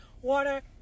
water